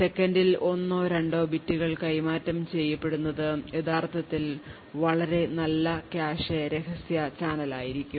സെക്കൻഡിൽ ഒന്നോ രണ്ടോ ബിറ്റുകൾ കൈമാറ്റം ചെയ്യപ്പെടുന്നത് യഥാർത്ഥത്തിൽ വളരെ നല്ല കാഷെ രഹസ്യ ചാനലായിരിക്കും